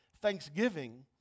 thanksgiving